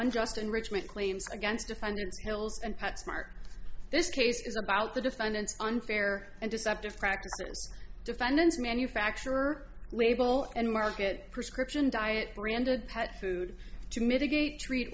unjust enrichment claims against defendants hills and pets mark this case is about the defendants unfair and deceptive practices defendants manufacturer label and market prescription diet branded pet food to mitigate treat